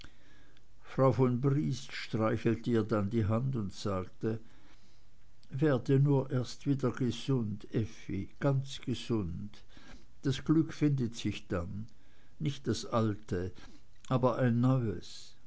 frau von briest streichelte ihr dann die hand und sagte werde nur erst wieder gesund effi ganz gesund das glück findet sich dann nicht das alte aber ein neues